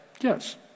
Yes